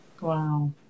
Wow